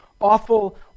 awful